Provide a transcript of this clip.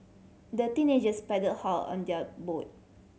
the teenagers paddled hard on their boat